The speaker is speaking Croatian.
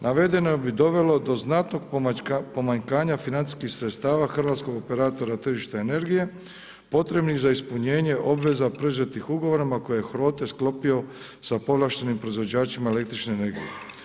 Navedeno bi dovelo do znatnog pomanjkanja financijskih sredstva hrvatskog operatora tržišta energije potrebnih za ispunjenje obveza preuzetih ugovorima koje je HROTE sklopio sa povlaštenim proizvođačima električne energije.